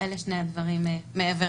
אלה שני הדברים מעבר.